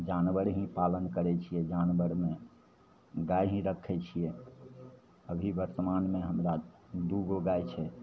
जानवर ही पालन करै छिए जानवर ही गाइ ही रखै छिए अभी वर्तमानमे हमरा दुइ गो गाइ छै